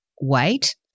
wait